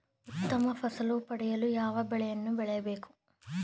ಉತ್ತಮ ಫಸಲು ಪಡೆಯಲು ಯಾವ ಬೆಳೆಗಳನ್ನು ಬೆಳೆಯಬೇಕು?